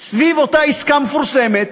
סביב אותה עסקה מפורסמת,